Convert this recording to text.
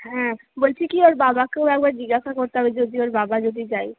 হ্যাঁ বলছি কি ওর বাবাকেও একবার জিজ্ঞাসা করতে হবে যদি ওর বাবা যদি যায়